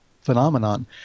phenomenon